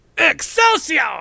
Excelsior